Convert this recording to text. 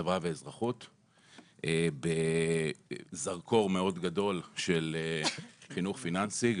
חברה ואזרחות בזרקור מאוד גדול של חינוך פיננסי.